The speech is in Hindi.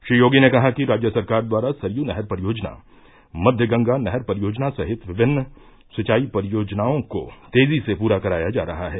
श्री योगी ने कहा कि राज्य सरकार द्वारा सरयू नहर परियोजना मध्य गंगा नहर परियोजना सहित विभिन्न सिंचाई परियोजनाओं को तेजी से पूरा कराया जा रहा है